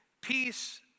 Peace